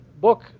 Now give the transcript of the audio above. book